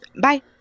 Bye